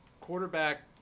Quarterback